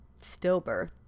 stillbirth